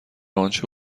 آنچه